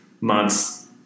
months